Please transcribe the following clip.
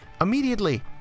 immediately